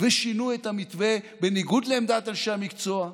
ושינו את המתווה בניגוד לעמדת אנשי המקצוע,